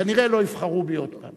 כנראה לא יבחרו בי עוד פעם.